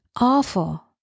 Awful